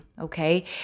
Okay